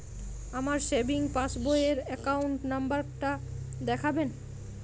আমার savings passbook র account number টা দেখাবেন?